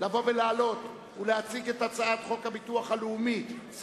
לבוא ולהעלות ולהציג את הצעת חוק הביטוח הלאומי (תיקון,